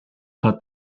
pas